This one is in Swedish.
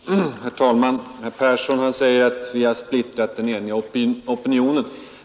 Herr talman! Herr Persson i Stockholm säger att vi har splittrat den eniga opinionen.